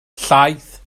llaeth